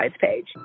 page